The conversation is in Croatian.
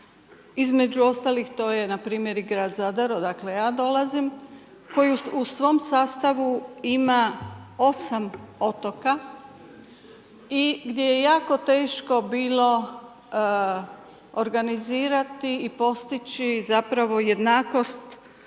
između ostalih to je npr. i grad Zadar, odakle ja dolazim, koji u svom sastavu ima 8 otoka i gdje je jako teško bilo organizirati i postići jednakost